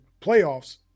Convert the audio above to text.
playoffs